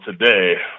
today